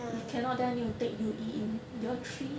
if cannot then I need to take U_E in year three